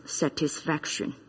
satisfaction